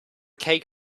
cake